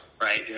right